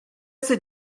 c’est